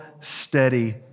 steady